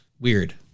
weird